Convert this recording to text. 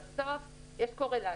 בסוף יש קורלציה.